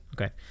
okay